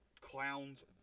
Clowns